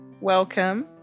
welcome